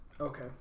Okay